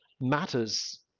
matters